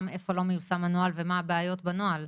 ואיפה זה לא מיושם הנוהל ומה הבעיות בנוהל.